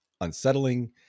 unsettling